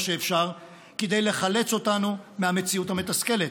שאפשר כדי לחלץ אותנו מהמציאות המתסכלת.